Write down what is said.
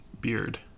beard